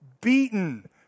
beaten